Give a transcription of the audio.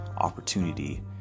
opportunity